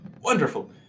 Wonderful